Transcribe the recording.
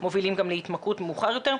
מובילים להתמכרות מאוחר יותר,